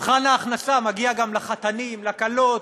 מבחן ההכנסה מגיע גם לחתנים, לכלות,